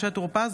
משה טור פז,